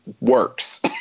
works